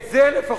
את זה לפחות.